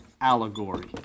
allegory